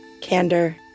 candor